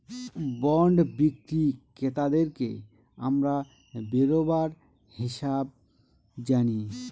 bond বিক্রি ক্রেতাদেরকে আমরা বেরোবার হিসাবে জানি